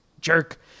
jerk